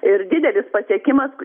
ir didelis pasiekimas